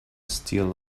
steel